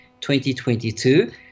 2022